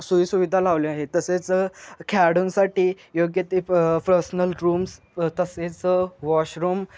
सोयीसुविधा लावली आहे तसेच खेळाडूंसाठी योग्य ते पर्सनल रूम्स तसेचं वॉशरूम